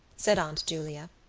said aunt julia.